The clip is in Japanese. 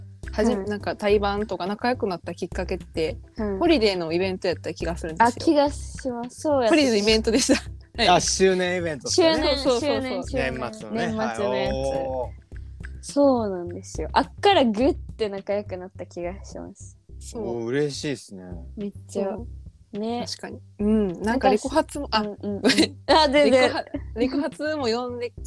はじめ、うん。なんか対バンとか仲良くなったきっかけって、うん。ホリデーのイベントやった気がするんですよ。あ、気がします。そうやった気が- ホリデーのイベントでした。 あ、はい。周年イベントっすね。周年、そうそうそう。周年、年末のね。年末のやつ。はい。おー。そうなんですよ。あっからグッて仲良くなった気がします。そう。おー、嬉しいっすね。めっちゃ。そう。ね。確かに。うん。なんか、なんか、レコ発も、あ、 うんうんうん。あ、 レコハ- でで。レコ発も呼んで